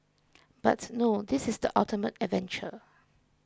but no this is the ultimate adventure